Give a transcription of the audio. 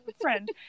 friend